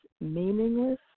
meaningless